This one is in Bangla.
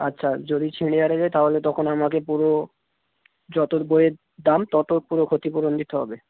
আচ্ছা যদি ছিঁড়ে আরে যায় তাহলে তখন আমাকে পুরো যত বইয়ের দাম তত পুরো ক্ষতিপূরণ দিতে হবে